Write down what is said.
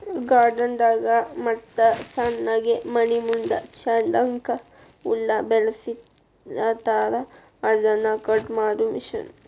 garden ದಾಗ ಮತ್ತ ಸಣ್ಣಗೆ ಮನಿಮುಂದ ಚಂದಕ್ಕ ಹುಲ್ಲ ಬೆಳಸಿರತಾರ ಅದನ್ನ ಕಟ್ ಮಾಡು ಮಿಷನ್